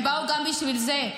הם באו גם בשביל זה.